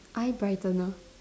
eye brightener